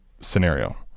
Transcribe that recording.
scenario